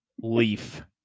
leaf